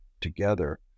together